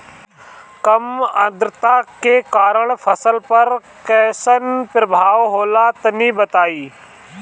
कम आद्रता के कारण फसल पर कैसन प्रभाव होला तनी बताई?